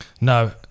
no